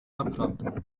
naprawdę